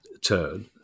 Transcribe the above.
turn